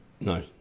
No